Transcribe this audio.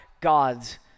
God's